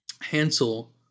Hansel